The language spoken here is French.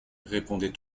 répondait